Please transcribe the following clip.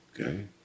Okay